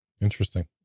interesting